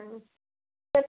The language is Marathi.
हां तर